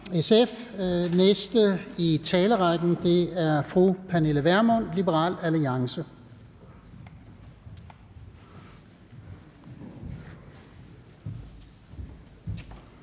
Den næste i talerrækken er fru Pernille Vermund, Liberal Alliance.